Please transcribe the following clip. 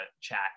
chat